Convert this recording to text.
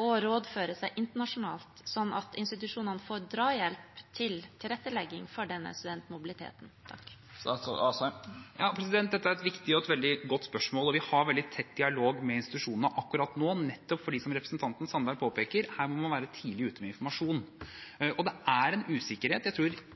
og rådføre seg internasjonalt, slik at institusjonene får drahjelp til tilrettelegging for denne studentmobiliteten? Dette er et viktig og veldig godt spørsmål. Vi har veldig tett dialog med institusjonene akkurat nå, nettopp fordi, som representanten Sandberg påpeker, her må man være tidlig ute med informasjon. Og det er en usikkerhet. Jeg tror